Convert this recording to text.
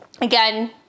Again